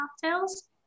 cocktails